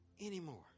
anymore